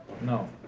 no